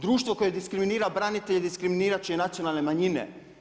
Društvo koje diskriminira branitelje, diskriminirati će i nacionalne manjine.